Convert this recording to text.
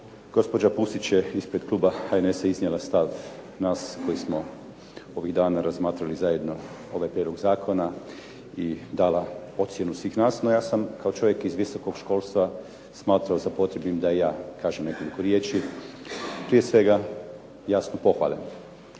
Gospođa Pusić je ispred kluba HNS-a iznijela stav nas koji smo ovih dana razmatrali zajedno ovaj prijedlog zakona i dala ocjenu svih nas, no ja sam kao čovjek iz visokog školstva smatrao za potrebnim da i ja kažem nekoliko riječi, prije svega jasno pohvale.